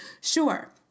Sure